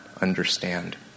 understand